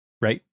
right